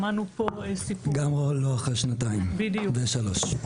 שמענו פה --- גם לא אחרי שנתיים ושלוש.